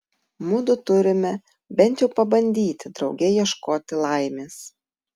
mudu turime bent jau pabandyti drauge ieškoti laimės